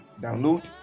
download